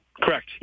Correct